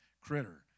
critter